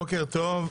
בוקר טוב.